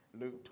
Luke